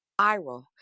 viral